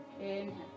Inhale